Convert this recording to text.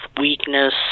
weakness